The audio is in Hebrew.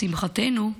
לשמחתנו,